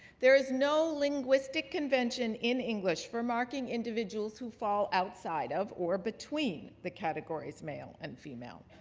there is no linguistic convention in english for marking individuals who fall outside of or between the categories male and female.